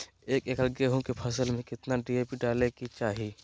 एक एकड़ गेहूं के फसल में कितना डी.ए.पी डाले के चाहि?